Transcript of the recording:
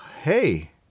hey